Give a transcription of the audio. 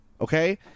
okay